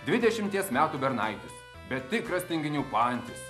dvidešimties metų bernaitis bet tikras tinginių pantis